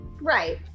Right